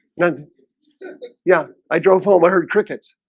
then yeah, i drove home. i heard crickets